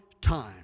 time